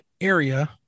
area